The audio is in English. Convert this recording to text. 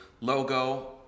logo